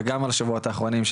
וגם על השבועות האחרונים,